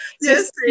Yes